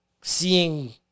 seeing